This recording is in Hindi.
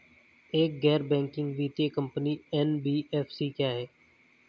एक गैर बैंकिंग वित्तीय कंपनी एन.बी.एफ.सी क्या है?